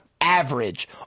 average